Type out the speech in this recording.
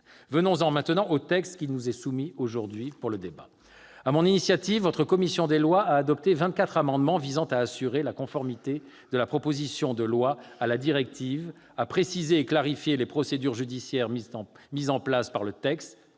Venons-en maintenant au texte qui nous est soumis. Sur mon initiative, votre commission des lois a adopté 24 amendements visant à assurer la conformité de la proposition de loi à la directive, à préciser et à clarifier les procédures judiciaires mises en place par le texte,